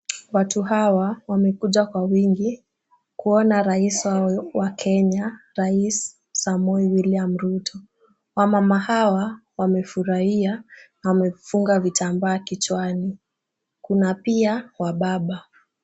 Watu hawa wamekuja kwa wingi, kuona rais wa kenya rais Samoe William Ruto. Wamama hawa wamefurahia, wamefunga vitambaa kichwani. Kuna pia wababa.